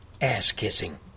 ass-kissing